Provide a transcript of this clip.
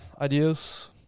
Ideas